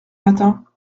matin